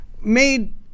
made